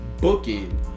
Booking